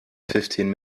fifteen